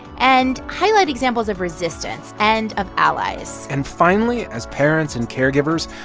and highlight examples of resistance and of allies and finally, as parents and caregivers,